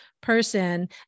person